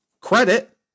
Credit